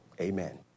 amen